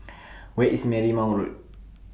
Where IS Marymount Road